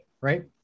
right